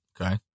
Okay